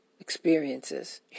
experiences